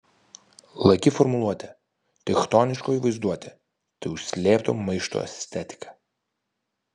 laki formuluotė chtoniškoji vaizduotė tai užslėpto maišto estetika